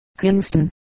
Kingston